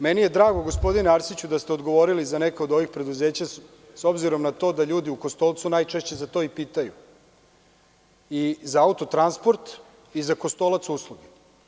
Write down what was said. Meni je drago, gospodine Arsiću, da ste odgovorili za neka od ovih preduzeća, s obzirom na to da ljudi u Kostolcu najčešće za to i pitaju, i za „Autotransport“ i za Kostolac usluge.